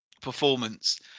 performance